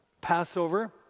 Passover